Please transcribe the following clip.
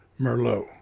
Merlot